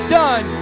done